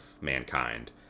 mankind